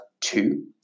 two